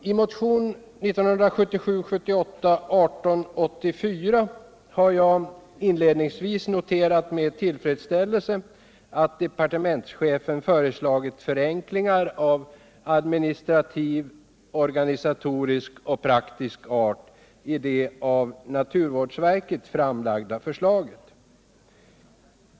I motionen 1977/78:1884 har jag inledningsvis med tillfredsställelse noterat att departementschefen föreslagit förenklingar av administrativ, organisatorisk och praktisk art i det av naturvårdsverket framlagda förslaget.